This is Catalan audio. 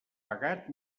pagat